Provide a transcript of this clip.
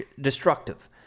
destructive